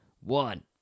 One